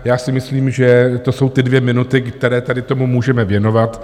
Já si myslím, že to jsou ty dvě minuty, které tady tomu můžeme věnovat.